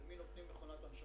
למי נותנים מכונת הנשמה.